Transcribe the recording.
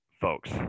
Folks